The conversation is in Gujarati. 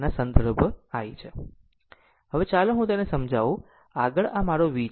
હવે ચાલો હું તેને સમજાવું આગળ મારો V છે